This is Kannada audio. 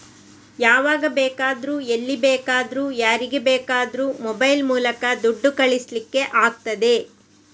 ಯಾವಾಗ ಬೇಕಾದ್ರೂ ಎಲ್ಲಿ ಬೇಕಾದ್ರೂ ಯಾರಿಗೆ ಬೇಕಾದ್ರೂ ಮೊಬೈಲ್ ಮೂಲಕ ದುಡ್ಡು ಕಳಿಸ್ಲಿಕ್ಕೆ ಆಗ್ತದೆ